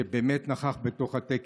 שבאמת נכח בטקס.